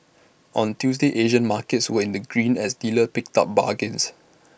on Tuesday Asian markets were in the green as dealers picked up bargains